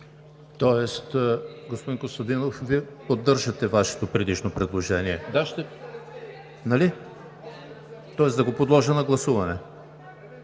Тоест, господин Костадинов, Вие поддържате Вашето предишно предложение, нали? Да го подложа ли на гласуване?